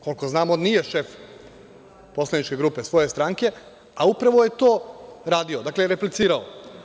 Koliko znam, on nije šef poslaničke grupe svoje stranke, a upravo je to radio, dakle, replicirao.